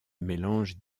mélange